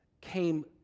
came